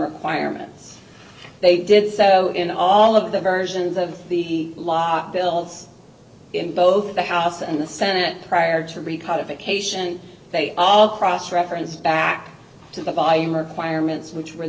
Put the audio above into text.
requirements they did so in all of the versions of the law bills in both the house and the senate prior to recall if occasion they all cross reference back to the volume requirements which were